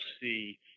see